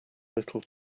little